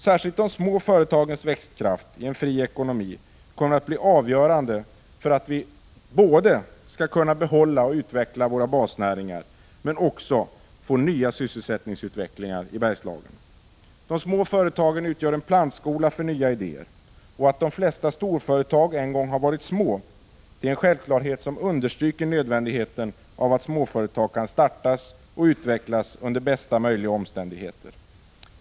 Särskilt de små företagens växtkraft i en fri ekonomi kommer att bli avgörande för att vi både skall kunna behålla och utveckla våra basnäringar, men också för att vi skall få ny sysselsättningsutveckling i Bergslagen. De små företagen utgör en plantskola för nya idéer. Att de flesta storföretag en gång har varit små är en självklarhet som understryker nödvändigheten av att småföretag kan startas och utvecklas under bästa möjliga omständigheter.